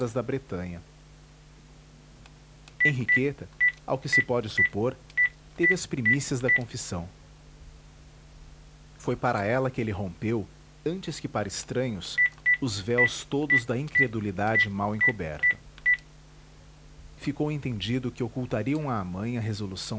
da bretanha heuriqueta ao que se pode supor teve as primícias da confissão foi para ela que ele rompeu antes que para estranhos os véus todos da incredulidade mal encoberta ficou entendido que ocultariam à mãe a resolução